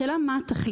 השאלה מה התכלית.